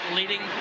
leading